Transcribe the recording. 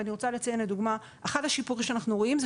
ואני רוצה לציין לדוגמה את אחד השיפורים שאנחנו רואים שזה